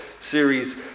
series